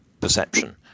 perception